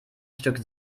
stück